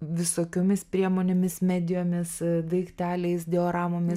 visokiomis priemonėmis medijomis daikteliais dioramomis